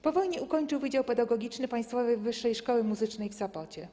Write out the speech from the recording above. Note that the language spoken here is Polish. Po wojnie ukończył Wydział Pedagogiczny Państwowej Wyższej Szkoły Muzycznej w Sopocie.